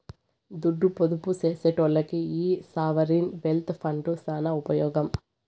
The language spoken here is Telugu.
దుడ్డు పొదుపు సేసెటోల్లకి ఈ సావరీన్ వెల్త్ ఫండ్లు సాన ఉపమోగం